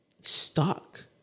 stuck